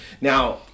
Now